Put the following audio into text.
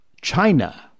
China